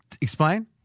Explain